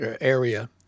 area